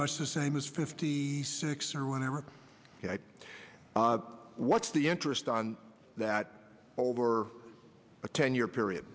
much the same as fifty six or whatever what's the interest on that over a ten year period